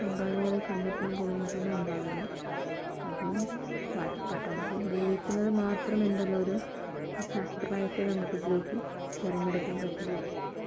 പങ്കാളികളെ കണ്ടെത്താൻ ബുദ്ധിമുട്ടൊന്നും ഉണ്ടാവില്ല അപ്പം പട്ടണത്തിൽ ജീവിക്കുന്നത് മാത്രം എന്തായാലൊരു സറണ്ടറായിട്ട് നമുക്ക് ഉപയോഗിക്കും തെരഞ്ഞെടുക്കാൻ പറ്റില്ല